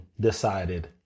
decided